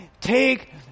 take